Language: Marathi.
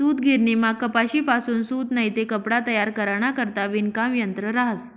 सूतगिरणीमा कपाशीपासून सूत नैते कपडा तयार कराना करता विणकाम यंत्र रहास